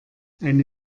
eine